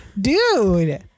dude